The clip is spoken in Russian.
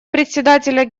председателя